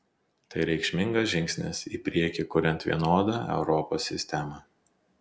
tai reikšmingas žingsnis į priekį kuriant vienodą europos sistemą